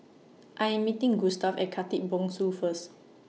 I Am meeting Gustav At Khatib Bongsu First